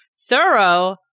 thorough